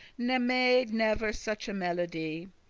ne made never such a melody.